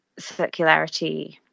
circularity